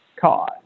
cause